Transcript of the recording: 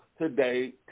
today